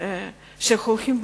שהולכות ביחד.